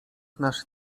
nasz